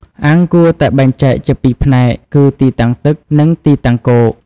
អាងគួរតែបែងចែកជាពីរផ្នែកគឺ ទីតាំងទឹក និង ទីតាំងគោក។